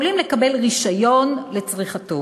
יכולים לקבל רישיון לצריכתו.